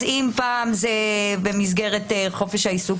אז אם פעם זה במסגרת חופש העיסוק,